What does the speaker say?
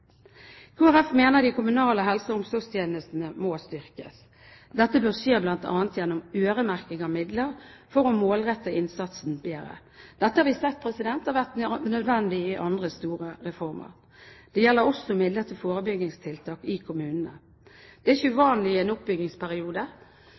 Folkeparti mener de kommunale helse- og omsorgstjenestene må styrkes. Dette bør bl.a. skje gjennom øremerking av midler for å målrette innsatsen bedre. Dette har vi sett har vært nødvendig i andre store reformer. Det gjelder også midler til forebyggingstiltak i kommunene. Det er ikke